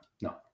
no